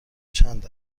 چند